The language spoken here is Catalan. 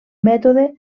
mètode